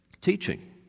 teaching